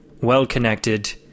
well-connected